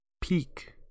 peak